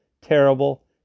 terrible